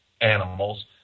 animals